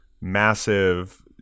massive